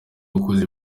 wakoze